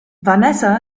vanessa